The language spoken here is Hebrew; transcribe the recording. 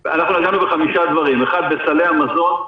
נגענו בחמישה דברים אחד, בסלי המזון.